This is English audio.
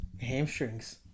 hamstrings